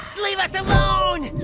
leave us alone!